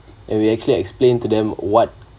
and we actually explain to them what